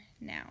now